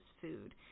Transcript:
food